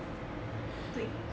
对